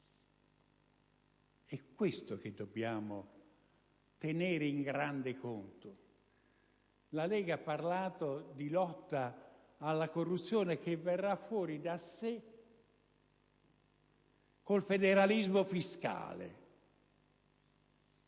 È questo che dobbiamo tenere in grande conto. La Lega Nord ha parlato di lotta alla corruzione che il federalismo fiscale